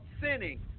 sinning